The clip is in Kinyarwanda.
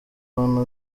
abantu